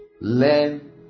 Learn